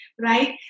Right